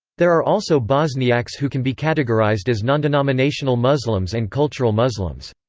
there are also bosniaks who can be categorized as nondenominational muslims and cultural muslims.